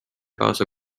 kaasa